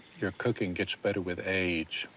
your cooking gets better with age.